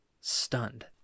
stunned